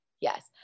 yes